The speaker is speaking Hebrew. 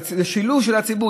זה שילוב של הציבור.